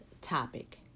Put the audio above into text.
topic